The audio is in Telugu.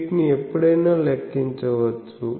వీటిని ఎప్పుడైనా లెక్కించవచ్చు